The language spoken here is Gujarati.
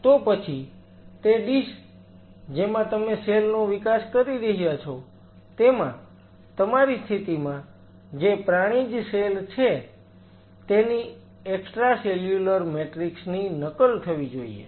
તો પછી તે ડીશ જેમાં તમે સેલ નો વિકાસ કરી રહ્યા છો તેમાં તમારી સ્થિતિમાં જે પ્રાણીજ સેલ છે તેની એક્સ્ટ્રાસેલ્યુલર મેટ્રિક્સ ની નકલ થવી જોઈએ